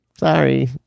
Sorry